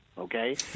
okay